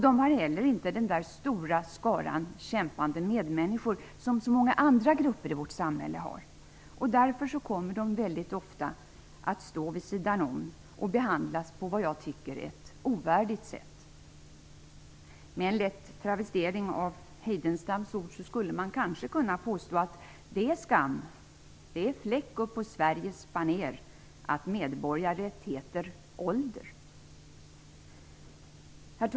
De har inte heller den stora skara kämpande medmänniskor som så många andra grupper i vårt samhälle har. Därför kommer de äldre väldigt ofta att stå vid sidan om och de blir behandlade på ett - som jag tycker - ovärdigt sätt. Med en lätt travestering av Heidenstams ord skulle man kanske kunna påstå att "det är skam, det är en fläck uppå Sveriges banér att medborgarrätt heter - Herr talman!